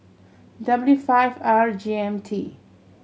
W five R G M T